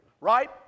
Right